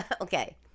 Okay